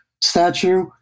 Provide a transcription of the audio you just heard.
statue